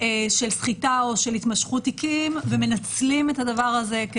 של סחיטה או של התמשכות תיקים ומנצלים את הדבר הזה.